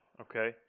Okay